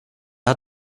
hat